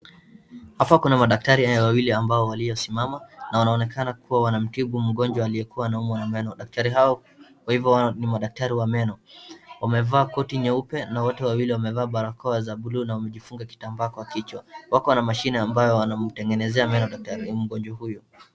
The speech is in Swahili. Hapa kuna madaktari wawili ambao walio simama, na wanaonekana kuwa wanamtibu mgonjwa aliyekuwa anaumwa na meno. Daktari hao kwa hivo ni daktari wa meno. Wamevaa koti nyeupe na wote wamevaa barakoa za buluu na wamejifunga kitambaa kwa kichwa. Wako na mashine ambayo wanamtengenezea meno daktari, mgonjwa huyu.